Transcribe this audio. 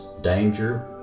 danger